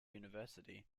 university